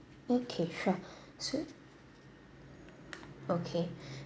okay sure so okay